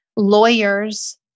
Lawyers